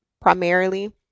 primarily